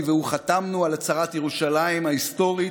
והוא חתמנו על הצהרת ירושלים ההיסטורית,